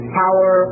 power